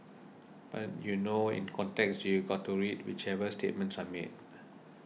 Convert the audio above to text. but you know in context you got to read whichever statements are made